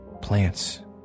plants